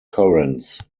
currents